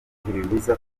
ntibibuza